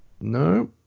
No